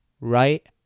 right